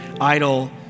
idol